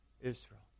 Israel